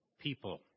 people